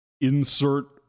insert